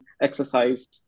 exercise